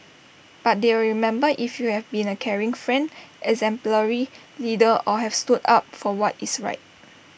but they'll remember if you have been A caring friend exemplary leader or have stood up for what is right